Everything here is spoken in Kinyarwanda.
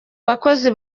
bakozi